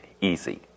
easy